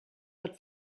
but